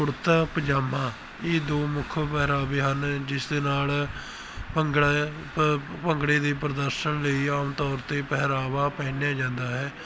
ਕੁੜਤਾ ਪਜਾਮਾ ਇਹ ਦੋ ਮੁੱਖ ਪਹਿਰਾਵੇ ਹਨ ਜਿਸ ਦੇ ਨਾਲ ਭੰਗੜਾ ਭੰਗੜੇ ਦੇ ਪ੍ਰਦਰਸ਼ਨ ਲਈ ਆਮ ਤੌਰ 'ਤੇ ਪਹਿਰਾਵਾ ਪਹਿਨਿਆ ਜਾਂਦਾ ਹੈ